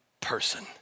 person